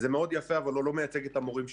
זה מאוד יפה אבל הוא לא מייצג את המורים שם.